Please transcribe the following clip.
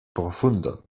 profundon